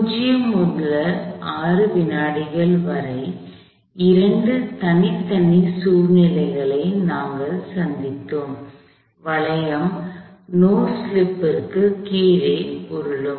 0 முதல் 6 வினாடிகள் வரை இரண்டு தனித்தனி சூழ்நிலைகளை நாங்கள் சந்தித்தோம் வளையம் நோ ஸ்லிப் க்கு கீழ் உருளும்